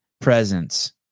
Presence